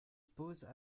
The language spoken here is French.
posent